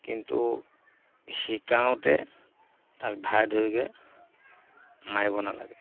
কিন্তু শিকাওঁতে তাক ধাই ধুইকৈ মাৰিব নালাগে